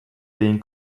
being